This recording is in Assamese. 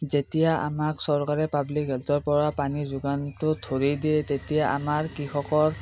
যেতিয়া আমাক চৰকাৰে পাব্লিক হেল্থৰ পৰা পানীৰ যোগানটো ধৰি দিয়ে তেতিয়া আমাৰ কৃষকৰ